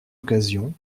occasion